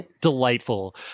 delightful